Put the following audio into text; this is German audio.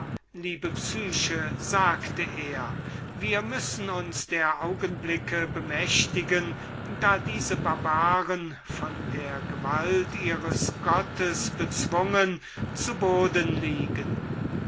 liebste psyche sagte er wir müssen uns der augenblicke bemächtigen da diese barbaren von der gewalt ihres gottes bezwungen zu boden liegen